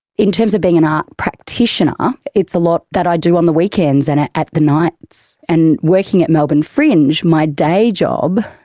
in terms of being an art practitioner it's a lot that i do on the weekends and at at nights and working at melbourne fringe, my day job,